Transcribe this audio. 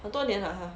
很多年了他